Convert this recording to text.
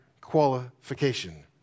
qualification